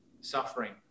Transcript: suffering